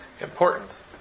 important